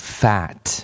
fat